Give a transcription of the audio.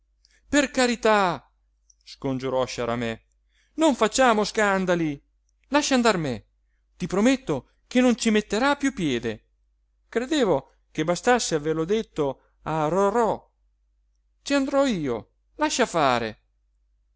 per carità scongiurò sciarame non facciamo scandali lascia andar me ti prometto che non ci metterà piú piede credevo che bastasse averlo detto a rorò ci andrò io lascia fare